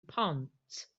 pont